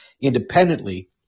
independently